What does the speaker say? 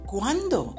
¿Cuándo